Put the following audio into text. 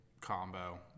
combo